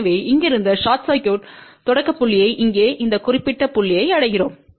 எனவே இருந்து short circuit தொடக்க புள்ளியை இங்கே இந்த குறிப்பிட்ட புள்ளியை அடைகிறோம்